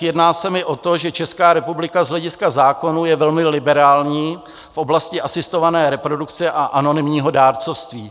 Jedná se mi o to, že Česká republika z hlediska zákonů je velmi liberální v oblasti asistované reprodukce a anonymního dárcovství.